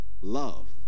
love